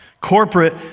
Corporate